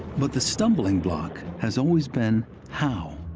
but the stumbling block has always been how?